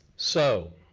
so